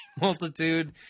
multitude